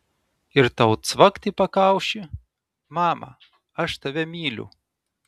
ir tau cvakt į pakaušį mama aš tave myliu